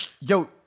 yo